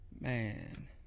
Man